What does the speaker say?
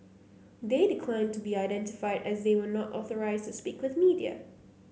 they declined to be identified as they were not authorised to speak with media